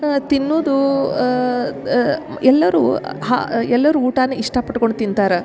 ತಿನ್ನುದೂ ಎಲ್ಲರು ಊಟಾನ ಇಷ್ಟಪಟ್ಕೊಂಡು ತಿಂತಾರೆ